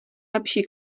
lepší